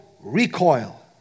recoil